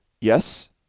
yes